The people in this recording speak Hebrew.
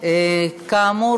כאמור,